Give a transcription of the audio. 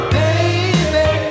baby